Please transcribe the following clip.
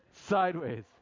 Sideways